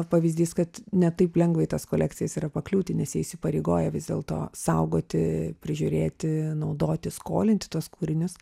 pavyzdys kad ne taip lengva į tas kolekcijas yra pakliūti nes jie įpareigoja vis dėlto saugoti prižiūrėti naudoti skolinti tuos kūrinius